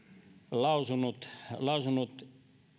lausunut lausunut